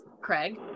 craig